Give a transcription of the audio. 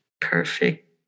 Perfect